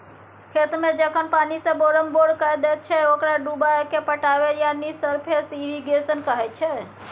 खेतकेँ जखन पानिसँ बोरमबोर कए दैत छै ओकरा डुबाएकेँ पटाएब यानी सरफेस इरिगेशन कहय छै